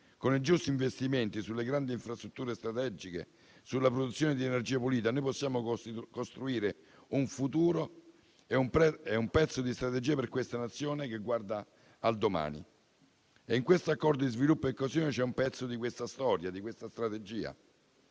Con i giusti investimenti sulle grandi infrastrutture strategiche e sulla produzione di energia pulita, possiamo costruire un futuro e un pezzo di strategia per questa Nazione che guarda al domani, e in questo accordo di sviluppo e coesione c'è un pezzo di questa storia, di questa strategia.